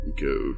go